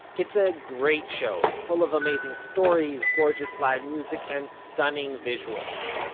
it's a great show, full of amazing stories, gorgeous live music, and stunning visuals.